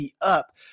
up